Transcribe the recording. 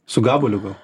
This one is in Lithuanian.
su gabaliu gal